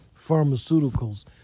pharmaceuticals